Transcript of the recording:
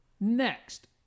Next